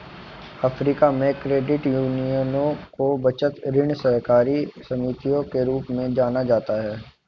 Africa में, credit यूनियनों को बचत, ऋण सहकारी समितियों के रूप में जाना जाता है